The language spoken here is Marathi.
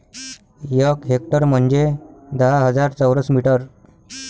एक हेक्टर म्हंजे दहा हजार चौरस मीटर